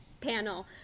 panel